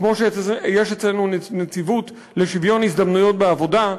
כמו שיש אצלנו נציבות לשוויון הזדמנויות בעבודה,